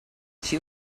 she